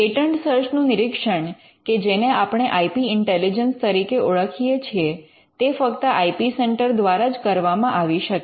patent search નું નિરીક્ષણ કે જેને આપણે આઇ પી ઇન્ટેલિજન્સ તરીકે ઓળખીએ છીએ તે ફક્ત આઇ પી સેન્ટર દ્વારા જ કરવામાં આવી શકે